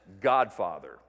godfather